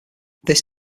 this